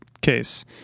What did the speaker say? Case